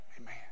Amen